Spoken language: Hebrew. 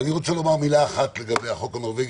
אני רוצה לומר מילה אחת לגבי החוק הנורווגי,